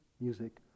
music